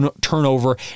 turnover